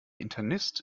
internist